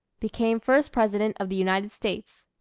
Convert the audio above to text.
became first president of the united states.